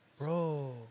bro